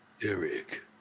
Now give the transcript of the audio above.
Derek